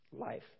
life